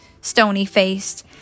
stony-faced